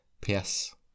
PS